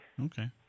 Okay